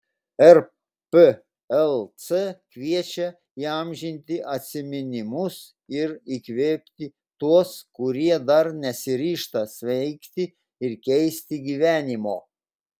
rplc kviečia įamžinti atsiminimus ir įkvėpti tuos kurie dar nesiryžta sveikti ir keisti gyvenimo